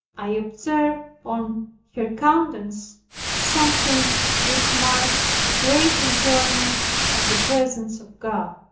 i observed on her countenance something which marked a great enjoyment of the presence of god.